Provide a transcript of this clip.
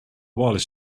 wireless